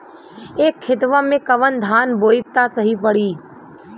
ए खेतवा मे कवन धान बोइब त सही पड़ी?